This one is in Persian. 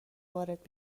وارد